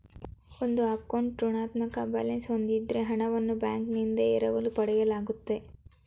ಒಂದು ಅಕೌಂಟ್ ಋಣಾತ್ಮಕ ಬ್ಯಾಲೆನ್ಸ್ ಹೂಂದಿದ್ದ್ರೆ ಹಣವನ್ನು ಬ್ಯಾಂಕ್ನಿಂದ ಎರವಲು ಪಡೆಯಲಾಗುತ್ತೆ